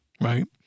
right